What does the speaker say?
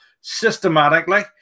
systematically